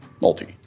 multi